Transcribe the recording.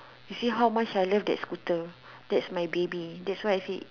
you see how much I love that scooter that's my baby that's why I say